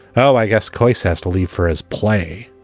oh, i guess kayce has to leave for his play.